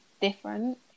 different